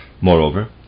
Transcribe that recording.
Moreover